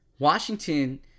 Washington